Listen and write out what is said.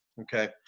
Okay